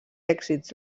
èxits